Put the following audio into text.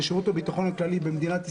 לשירות הביטחון הכללי במדינת ישראל,